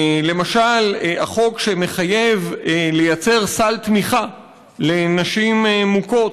למשל החוק שמחייב ליצור סל תמיכה לנשים מוכות.